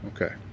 Okay